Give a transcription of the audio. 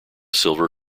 silver